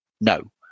no